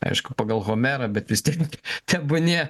aišku pagal homerą bet vis tiek tebūnie